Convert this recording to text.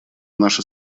наша